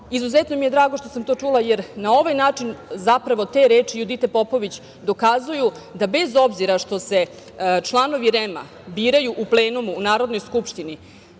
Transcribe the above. Izuzetno mi je drago što sam to čula, jer na ovaj način, zapravo, te reči Judite Popović dokazuju da, bez obzira što se članovi REM-a biraju u plenumu u Narodnoj skupštini,